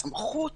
הסמכות